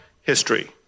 history